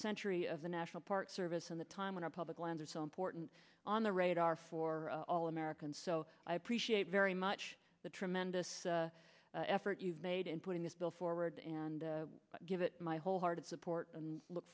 century of the national park service in the time when our public lands are so important on the radar for all americans so i appreciate very much the tremendous effort you've made in putting this bill forward and give it my whole hearted support and look